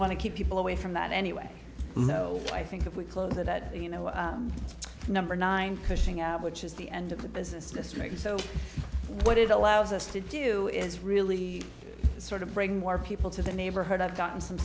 want to keep people away from that anyway you know i think if we close it that you know number nine pushing out which is the end of the business district so what it allows us to do is really sort of bring more people to the neighborhood i've gotten some